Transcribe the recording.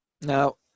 Now